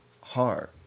hard